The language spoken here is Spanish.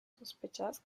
sospechas